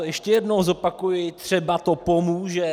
Ještě jednou to zopakuji, třeba to pomůže.